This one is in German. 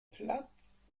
platz